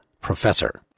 professor